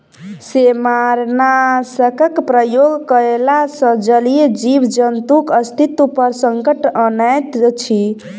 सेमारनाशकक प्रयोग कयला सॅ जलीय जीव जन्तुक अस्तित्व पर संकट अनैत अछि